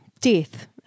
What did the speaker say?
death